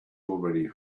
already